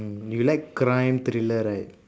mm you like crime thriller right